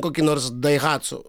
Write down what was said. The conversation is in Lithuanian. kokį nors daihatsu